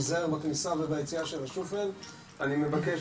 אני שואל